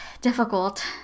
difficult